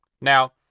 Now